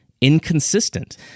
inconsistent